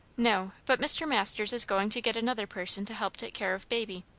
no, but mr. masters is going to get another person to help take care of baby.